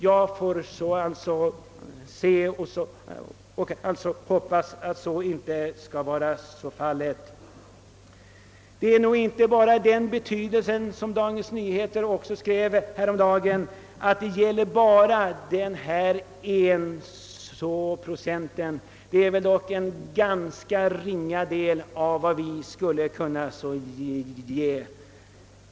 Jag får verkligen hoppas att så inte blir fallet. Det är nog så, som Dagens Nyheter skrev häromdagen: Det gäller en enda procent och den utgör dock en ganska ringa del av vad vi skulle kunna ge.